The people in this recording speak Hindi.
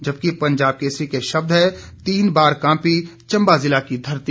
जबकि पंजाब केसरी के शब्द हैं तीन बार कांपी चम्बा जिला की धरती